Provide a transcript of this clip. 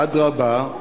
אדרבה,